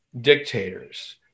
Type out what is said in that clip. dictators